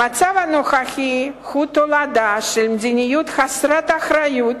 המצב הנוכחי הוא תולדה של מדיניות חסרת אחריות